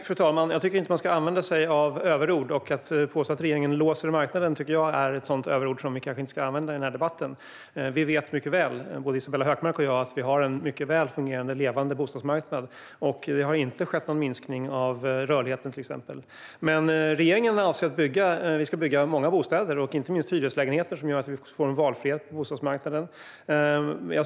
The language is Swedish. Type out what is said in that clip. Fru talman! Jag tycker inte att man ska använda sig av överord. Att påstå att regeringen låser marknaden är ett sådant överord som vi kanske inte ska använda i debatten. Både Isabella Hökmark och jag vet mycket väl att vi har en mycket väl fungerande och levande bostadsmarknad. Det har till exempel inte skett någon minskning av rörligheten. Regeringen avser att vi ska bygga många bostäder. Det gäller inte minst hyreslägenheter som gör att vi får en valfrihet på bostadsmarknaden.